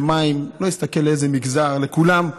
למים,